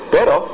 Pero